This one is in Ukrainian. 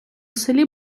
селі